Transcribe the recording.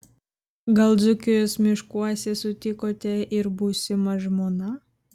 gal dzūkijos miškuose sutikote ir būsimą žmoną